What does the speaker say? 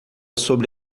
sobre